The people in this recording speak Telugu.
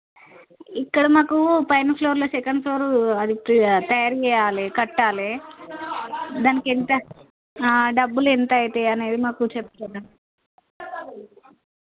ఇక్కడ మాకు పైన ఫ్లోర్లో సెకండ్ ఫ్లోరూ అది చే తయారుచేయాలే కట్టాలి దానికి ఎంత డబ్బులు ఎంత అవుతాయి అనేది మాకు చెప్తారా